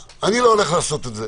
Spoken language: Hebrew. אני לא הולך לעשות את זה,